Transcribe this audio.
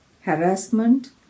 harassment